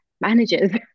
managers